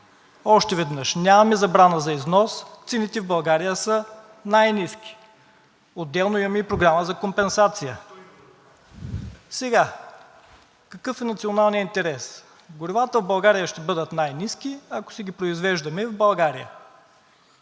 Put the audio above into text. Още веднъж – нямаме забрана за износ, цените в България са най-ниски. Отделно имаме и програма за компенсация. Какъв е националният интерес? Горивата в България ще бъдат най-ниски, ако си ги произвеждаме в България,